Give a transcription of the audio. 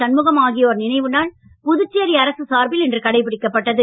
சண்முகம் ஆகியோர் நினைவு நாள் புதுச்சேரி அரசு சார்பில் இன்று கடைபிடிக்கப்பட்டது